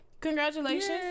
Congratulations